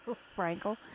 sprinkle